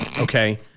okay